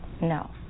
No